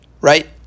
right